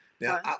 Now